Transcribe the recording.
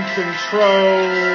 control